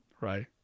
Right